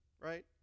right